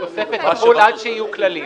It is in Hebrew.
עד שיהיו כללים.